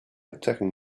attacking